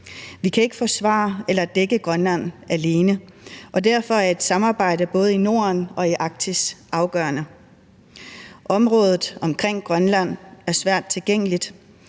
Vi kan ikke forsvare eller dække Grønland alene, og derfor er et samarbejde både i Norden og i Arktis afgørende. Området omkring Grønland er svært tilgængeligt,